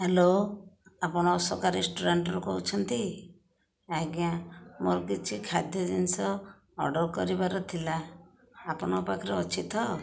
hello ଆପଣ ଅଶୋକା ରେଷ୍ଟୁରାଣ୍ଟରୁ କହୁଛନ୍ତି ଆଜ୍ଞା ମୋର କିଛି ଖାଦ୍ୟ ଜିନିଷ ଅର୍ଡ଼ର କରିବାର ଥିଲା ଆପଣଙ୍କ ପାଖରେ ଅଛି ତ